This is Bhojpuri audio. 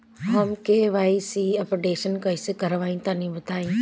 हम के.वाइ.सी अपडेशन कइसे करवाई तनि बताई?